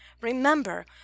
Remember